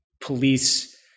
police